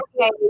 okay